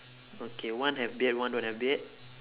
okay one have beard one don't have beard